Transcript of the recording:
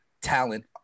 talent